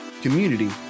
community